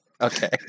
Okay